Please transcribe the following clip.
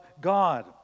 God